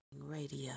Radio